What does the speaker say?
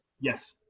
Yes